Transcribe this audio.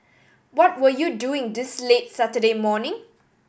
what were you doing this late Saturday morning